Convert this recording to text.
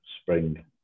spring